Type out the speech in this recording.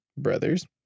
brothers